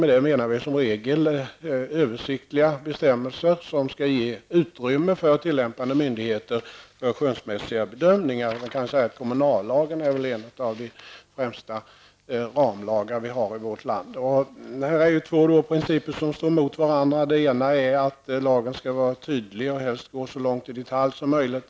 Med ramlag menar vi som regel översiktliga bestämmelser som skall ge tillämpande myndigheter utrymme för skönsmässiga bedömningar; kommunallagen är väl en av de främsta ramlagar vi har i vårt land. Här är det två principer som står emot varandra. Den ena är att lagen skall vara tydlig och helst gå så djupt i detalj som möjligt.